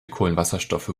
kohlenwasserstoffe